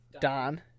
Don